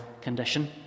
condition